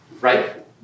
right